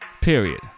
period